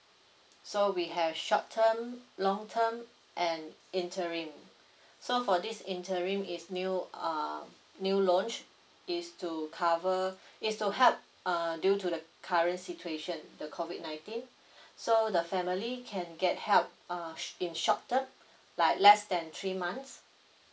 so we have short term long term and interim so for this interim is new err new launch is to cover is to help err due to the current situation the COVID nineteen so the family can get help uh in short term like less than three months